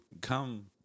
Come